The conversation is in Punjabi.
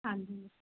ਹਾਂਜੀ